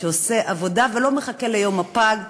שעושה עבודה ולא מחכה ליום הפג.